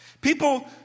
People